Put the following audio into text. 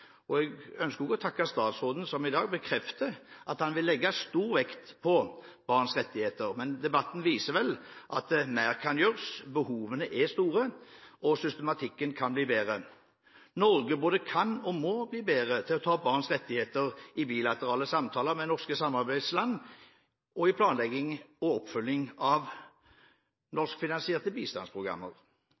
og jeg ønsker også å takke statsråden, som i dag bekrefter at han vil legge stor vekt på barns rettigheter. Men debatten viser vel at mer kan gjøres. Behovene er store, og systematikken kan bli bedre. Norge både kan og må bli bedre til å ta opp barns rettigheter i bilaterale samtaler med norske samarbeidsland og i planlegging og oppfølging av norskfinansierte bistandsprogrammer.